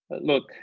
Look